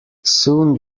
soon